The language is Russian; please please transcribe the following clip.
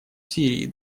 сирии